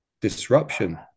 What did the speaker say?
disruption